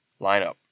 lineup